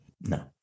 No